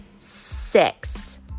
Six